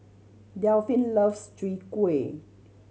Delphin loves Chwee Kueh